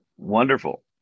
wonderful